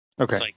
Okay